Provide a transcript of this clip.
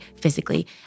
physically